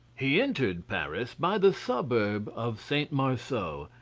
he entered paris by the suburb of st. marceau,